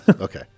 Okay